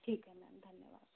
ठीक है मैम धन्यवाद